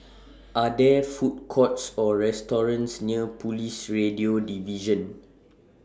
Are There Food Courts Or restaurants near Police Radio Division